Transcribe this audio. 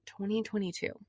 2022